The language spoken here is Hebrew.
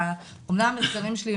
אמנם המחקרים שלי,